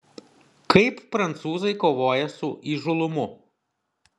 kaip prancūzai kovoja su įžūlumu